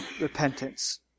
repentance